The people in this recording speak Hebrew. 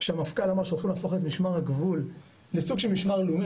שהמפכ"ל אמר שהולכים להפוך את משמר הגבול לסוג של משמר לאומי,